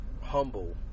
humble